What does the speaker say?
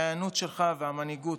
על ההיענות שלך והמנהיגות.